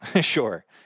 Sure